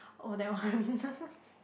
oh that one